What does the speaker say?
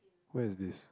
where is this